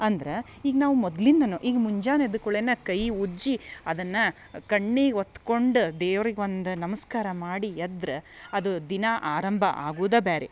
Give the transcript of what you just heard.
ಅಂದ್ರ ಈಗ ನಾವು ಮೊದ್ಲಿಂದನು ಈಗ ಮುಂಜಾನೆ ಎದ್ದ ಕುಳೆನ ಕೈ ಉಜ್ಜೀ ಅದನ್ನ ಕಣ್ಣೀಗೆ ಒತ್ಕೊಂಡು ದೇವ್ರಿಗೆ ಒಂದು ನಮಸ್ಕಾರ ಮಾಡಿ ಎದ್ರ ಅದು ದಿನಾ ಆರಂಭ ಆಗೂದ ಬ್ಯಾರಿ